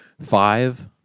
Five